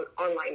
online